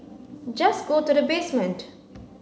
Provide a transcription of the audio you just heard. just go to the basement